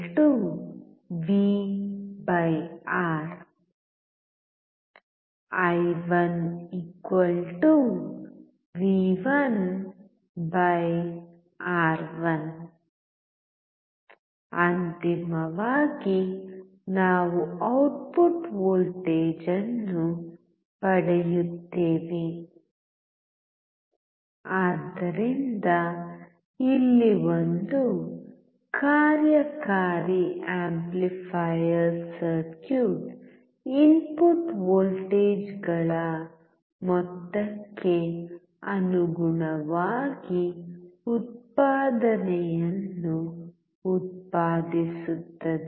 i1 V1 R1 ಅಂತಿಮವಾಗಿ ನಾವು output voltage ಅನ್ನು ಪಡೆಯುತ್ತೇವೆ ಆದ್ದರಿಂದ ಇಲ್ಲಿ ಒಂದು ಕಾರ್ಯಕಾರಿ ಆಂಪ್ಲಿಫಯರ್ ಸರ್ಕ್ಯೂಟ್ ಇನ್ಪುಟ್ ವೋಲ್ಟೇಜ್ಗಳ ಮೊತ್ತಕ್ಕೆ ಅನುಗುಣವಾಗಿ ಉತ್ಪಾದನೆಯನ್ನು ಉತ್ಪಾದಿಸುತ್ತದೆ